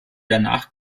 danach